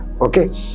Okay